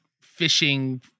fishing